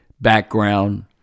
background